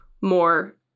more